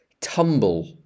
Tumble